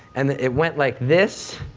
and it went like this,